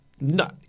No